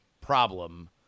problem